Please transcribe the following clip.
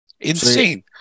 Insane